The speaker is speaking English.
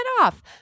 off